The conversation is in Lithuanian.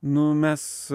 nu mes